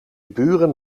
buren